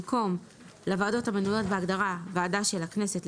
במקום "לוועדות המנויות בהגדרה "ועדה של הכנסת",